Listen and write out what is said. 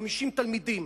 50 תלמידים.